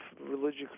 religious